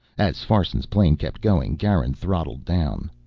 as farson's plane kept going garin throttled down.